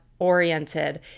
oriented